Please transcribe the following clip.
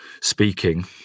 speaking